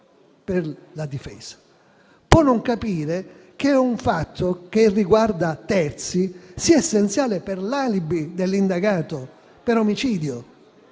Può non capire che un fatto che riguarda terzi sia essenziale per l'alibi dell'indagato per omicidio;